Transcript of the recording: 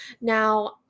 Now